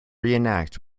reenact